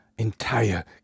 entire